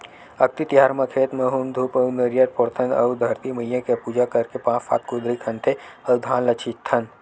अक्ती तिहार म खेत म हूम धूप अउ नरियर फोड़थन अउ धरती मईया के पूजा करके पाँच सात कुदरी खनथे अउ धान ल छितथन